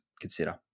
consider